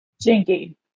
Jinky